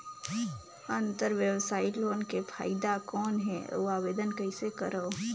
अंतरव्यवसायी लोन के फाइदा कौन हे? अउ आवेदन कइसे करव?